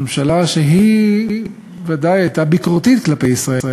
ממשלה שבוודאי הייתה ביקורתית כלפי ישראל.